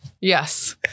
Yes